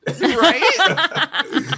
Right